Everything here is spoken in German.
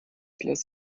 lässt